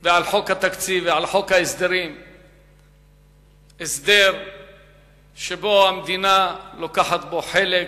ועל חוק התקציב ועל חוק ההסדרים הסדר שהמדינה לוקחת בו חלק,